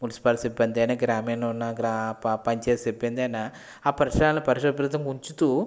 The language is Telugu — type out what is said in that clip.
మున్సిపల్ సిబ్బంది అనే గ్రామీణ ఉన్న గ్రా పంచాయతీ సిబ్బంది అయిన ఆ పరిసరాలని పరిశుభ్రతంగా ఉంచుతూ